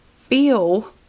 feel